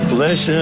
Flesh